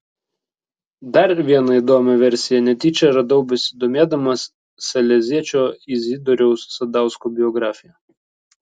dar vieną įdomią versiją netyčia radau besidomėdamas saleziečio izidoriaus sadausko biografija